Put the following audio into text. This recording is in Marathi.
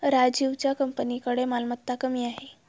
राजीवच्या कंपनीकडे मालमत्ता कमी आहे